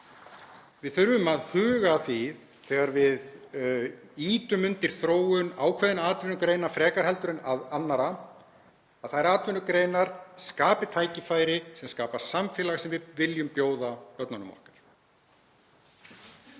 Við þurfum að huga að því þegar við ýtum undir þróun ákveðinna atvinnugreina frekar en annarra að þær atvinnugreinar skapi tækifæri sem skapa samfélag sem við viljum bjóða börnunum okkar.